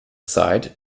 zeit